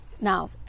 Now